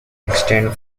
extent